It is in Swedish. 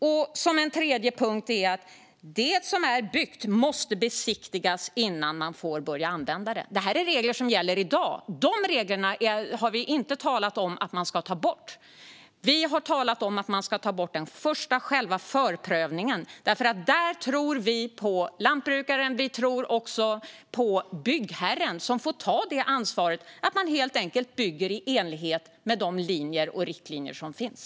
Dessutom måste det som byggts besiktigas innan man får börja använda det. Detta är regler som gäller i dag. De reglerna har vi inte talat om att man ska ta bort. Vi har talat om att man ska ta bort den första förprövningen, för där tror vi på lantbrukaren. Vi tror också på byggherren, som får ta ansvaret att helt enkelt bygga i enlighet med de riktlinjer som finns.